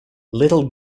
little